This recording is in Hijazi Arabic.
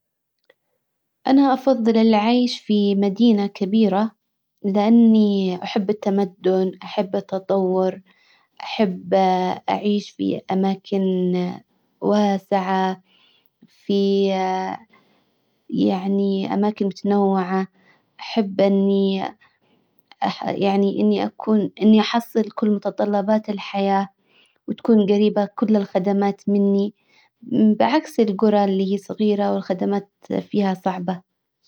انا افضل العيش في مدينة كبيرة لاني احب التمدن احب التطور احب اعيش في اماكن واسعة في يعني اماكن متنوعة احب اني يعني اني اكون اني احصل كل متطلبات الحياة وتكون جريبة كل الخدمات مني بعكس الجرى اللي هي صغيرة والخدمات فيها صعبة.